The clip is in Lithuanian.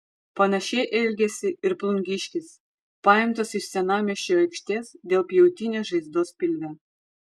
panašiai elgėsi ir plungiškis paimtas iš senamiesčio aikštės dėl pjautinės žaizdos pilve